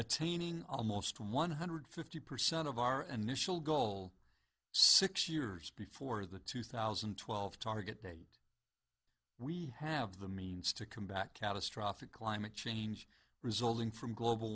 attaining almost one hundred fifty percent of our and mischel goal six years before the two thousand and twelve target date we have the means to combat catastrophic climate change resulting from global